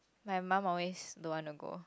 my mum always don't want to go